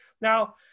Now